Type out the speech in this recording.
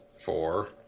four